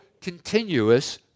continuous